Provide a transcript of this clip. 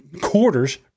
quarters